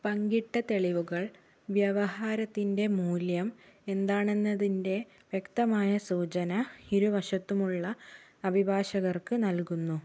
പങ്കിട്ട തെളിവുകൾ വ്യവഹാരത്തിൻ്റെ മൂല്യം എന്താണെന്നതിൻ്റെ വ്യക്തമായ സൂചന ഇരുവശത്തുമുള്ള അഭിഭാഷകർക്ക് നൽകുന്നു